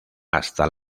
hasta